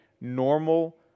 normal